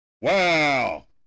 Wow